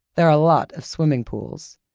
there are a lot of swimming pools.